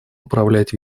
управлять